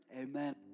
Amen